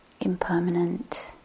Impermanent